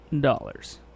dollars